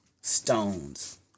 Stones